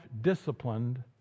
disciplined